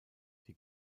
die